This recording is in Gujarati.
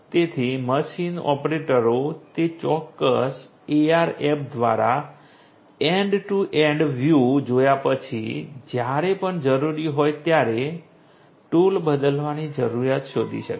તેથી મશીન ઓપરેટરો તે ચોક્કસ AR એપ દ્વારા એન્ડ ટુ એન્ડ વ્યુ જોયા પછી જ્યારે પણ જરૂરી હોય ત્યારે ટૂલ બદલવાની જરૂરિયાત શોધી શકે છે